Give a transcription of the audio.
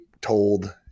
told